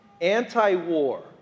anti-war